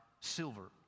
silver